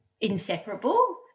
inseparable